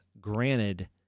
granted